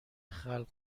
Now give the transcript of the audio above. خلق